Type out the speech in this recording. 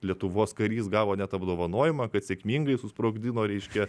lietuvos karys gavo net apdovanojimą kad sėkmingai susprogdino reiškia